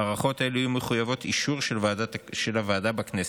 הארכות אלה יהיו מחויבות אישור של הוועדה בכנסת.